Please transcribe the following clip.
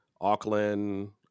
Auckland